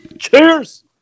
Cheers